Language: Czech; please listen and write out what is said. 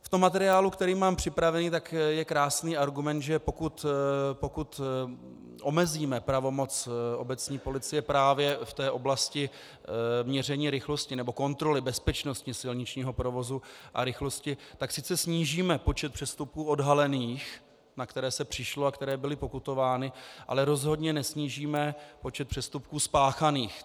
V materiálu, který mám připravený, je krásný argument, že pokud omezíme pravomoc obecní policie právě v oblasti měření rychlosti nebo kontroly bezpečnosti silničního provozu a rychlosti, tak sice snížíme počet přestupků odhalených, na které se přišlo a které byly pokutovány, ale rozhodně nesnížíme počet přestupků spáchaných.